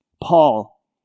Paul